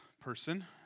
person